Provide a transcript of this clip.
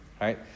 right